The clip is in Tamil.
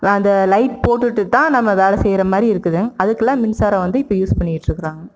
அந்த லைட் போட்டுகிட்டு தான் நம்ம வேலை செய்கிற மாதிரி இருக்குதுங்க அதுக்கெல்லாம் மின்சாரம் வந்து இப்போ யூஸ் பண்ணிக்கிட்டு இருக்கிறாங்க